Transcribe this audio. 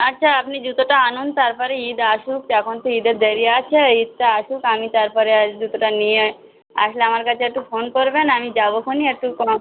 আচ্ছা আপনি জুতোটা আনুন তারপরে ঈদ আসুক এখন তো ঈদের দেরি আছে ঈদটা আসুক আমি তারপরে আর জুতোটা নিয়ে আসলে আমার কাছে একটু ফোন করবেন আমি যাবোক্ষণই একটু কোনো